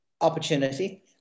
opportunity